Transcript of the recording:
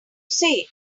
say